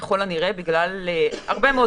ככל הנראה,